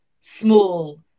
small